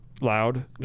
loud